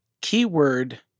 Keyword